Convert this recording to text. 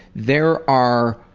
there are,